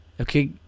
Okay